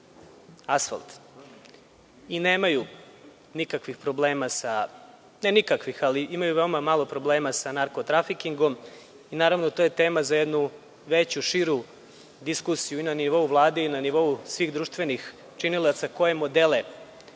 asfalt, i nemaju nikakvih problema sa, ne nikakvih, ali imaju veoma malo problema sa narko-trafikingom. Naravno to je tema za jednu veću, širu diskusiju i na nivou Vlade i na nivou svih društvenih činilaca koje modele